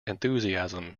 enthusiasm